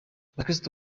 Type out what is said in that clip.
bakristu